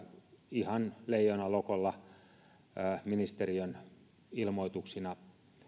ihan leijonalogolla ministeriön ilmoituksina